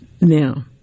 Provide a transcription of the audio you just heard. Now